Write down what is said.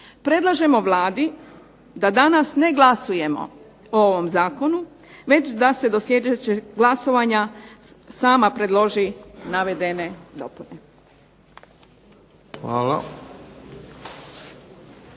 Predlažemo Vladi da danas ne glasujemo o ovom zakonu već da se do sljedećeg glasovanja sama predloži navedene dopune.